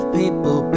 people